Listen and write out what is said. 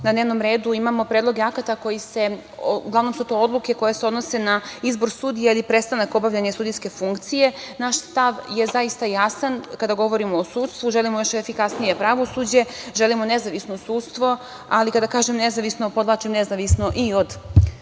na dnevnom redu predloge akata koji se, uglavnom su to odluke koje se odnose na izbor sudija ili prestanak obavljanja sudijske funkcije. Naš stav je zaista jasan kada govorimo o sudstvu, želimo još efikasnije pravosuđe, želimo nezavisno sudstvo, ali kada kažem nezavisno, podvlačim nezavisno i od tajkuna